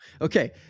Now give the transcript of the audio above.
Okay